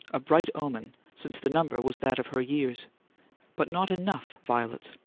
a bright omen since the number was that of her years but not enough violets.